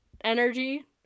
energy